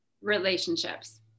relationships